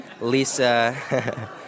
Lisa